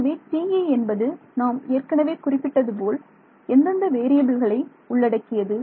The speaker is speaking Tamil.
ஆகவே TE என்பது நாம் ஏற்கனவே குறிப்பிட்டது போல் எந்தெந்த வேறியபில்களை உள்ளடக்கியது